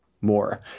more